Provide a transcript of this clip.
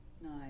nice